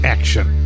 Action